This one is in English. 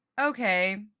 okay